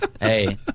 Hey